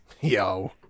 Yo